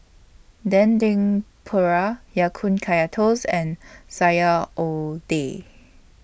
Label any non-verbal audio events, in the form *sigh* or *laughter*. Dendeng Paru Ya Kun Kaya Toast and Sayur *unintelligible*